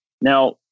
Now